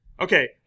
okay